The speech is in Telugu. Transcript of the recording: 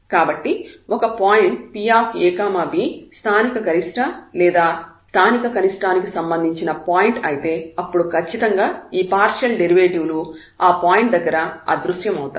కాబట్టి ఒక పాయింట్ Pab స్థానిక గరిష్ట లేదా స్థానిక కనిష్టానికి సంబంధించిన పాయింట్ అయితే అప్పుడు ఖచ్చితంగా ఈ పార్షియల్ డెరివేటివ్ లు ఆ పాయింట్ దగ్గర అదృశ్యమవుతాయి